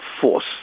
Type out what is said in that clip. force